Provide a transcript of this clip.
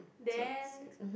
then